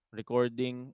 recording